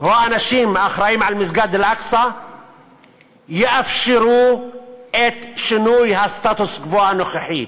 או האנשים האחראים למסגד אל-אקצא יאפשרו את שינוי הסטטוס-קוו הנוכחי.